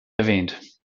erwähnt